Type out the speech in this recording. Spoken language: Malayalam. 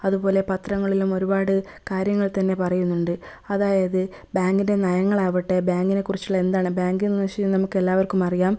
അതുപോലെ പത്രങ്ങളിലും ഒരുപാട് കാര്യങ്ങൾ തന്നെ പറയുന്നുണ്ട് അതായത് ബാങ്കിൻ്റെ നയങ്ങളാവട്ടെ ബാങ്കിനെക്കുറിച്ചുള്ള എന്താണ് ബാങ്ക് എന്നുവച്ച് കഴിഞ്ഞാൽ നമുക്കെല്ലാവർക്കും അറിയാം